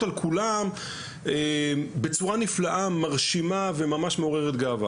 על כולם בצורה מרשימה וממש מעוררת גאווה,